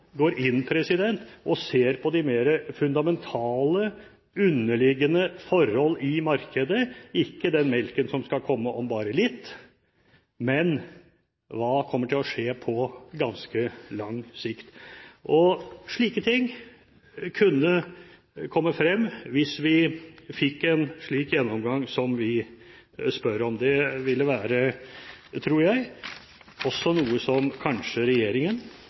går inn og ser på de mer fundamentale, underliggende forhold i markedet, ikke bare den melken som skal komme om litt? Hva kommer til å skje på ganske lang sikt? Slike ting kunne komme frem hvis vi fikk en slik gjennomgang som vi spør om. Det ville være, tror jeg, noe som også regjeringen